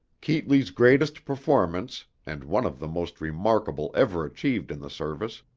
keetley's greatest performance, and one of the most remarkable ever achieved in the service,